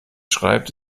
schreibt